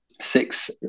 Six